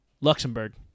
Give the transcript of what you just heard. Luxembourg